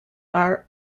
are